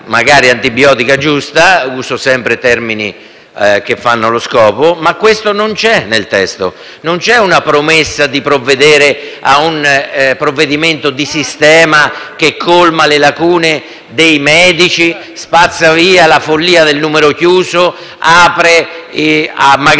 terapia antibiotica giusta - uso sempre termini utili allo scopo - ma questo non c'è nel testo. Non c'è una promessa di provvedere con un provvedimento di sistema a colmare le lacune dei medici, a spazzare via la follia del numero chiuso, aprendo magari